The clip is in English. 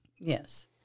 Yes